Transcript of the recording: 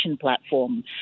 platform